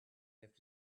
left